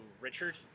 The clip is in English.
Richard